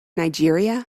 nigeria